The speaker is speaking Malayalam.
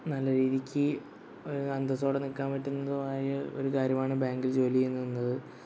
നല്ല രീതിക്ക് ഒരു അന്തസോടെ നിൽക്കാൻ പറ്റുന്നതുമായ ഒരു കാര്യമാണ് ബാങ്കിൽ ജോലി ചെയ്യുന്നു എന്നത്